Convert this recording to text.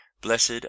blessed